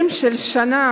מדבר.